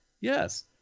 Yes